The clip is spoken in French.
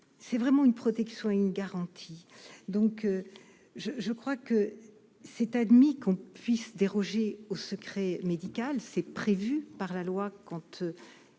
c'est vraiment une protection, une garantie donc je je crois que c'est admis qu'on puisse déroger au secret médical, c'est prévu par la loi compte